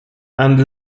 and